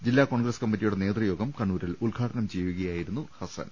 ജില്ലാ കോൺഗ്രസ് കമ്മിറ്റിയുടെ നേതൃയോഗം കണ്ണൂരിൽ ഉദ്ഘാ ടനം ചെയ്യുകയായിരുന്നു ഹസ്സൻ